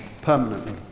permanently